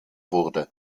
wurde